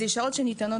אלה שעות שניתנות